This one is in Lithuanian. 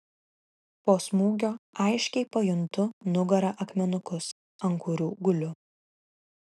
po smūgio aiškiai pajuntu nugara akmenukus ant kurių guliu